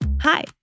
Hi